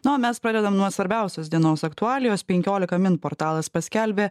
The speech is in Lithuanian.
na mes pradedame nuo svarbiausios dienos aktualijos penkiolika min portalas paskelbė